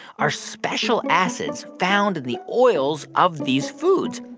are special acids found in the oils of these foods.